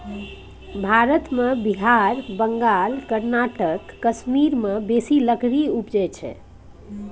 भारत मे बिहार, बंगाल, कर्नाटक, कश्मीर मे बेसी लकड़ी उपजइ छै